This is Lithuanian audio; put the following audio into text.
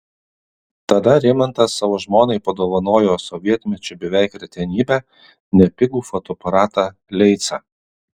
tada rimantas savo žmonai padovanojo sovietmečiu beveik retenybę nepigų fotoaparatą leica